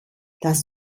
das